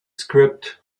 script